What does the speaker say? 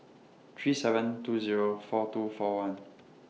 three seven two Zero four two four one